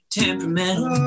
temperamental